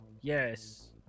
Yes